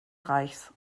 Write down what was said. reichs